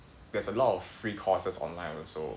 there's a lot of free courses online also